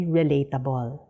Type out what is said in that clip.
relatable